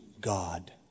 God